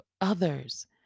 others